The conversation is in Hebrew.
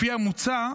לפי המוצע,